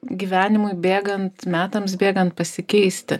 gyvenimui bėgant metams bėgant pasikeisti